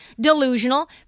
Delusional